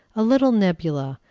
a little nebula,